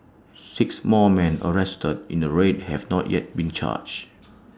six more men arrested in the raid have not yet been charged